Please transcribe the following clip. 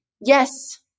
Yes